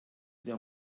der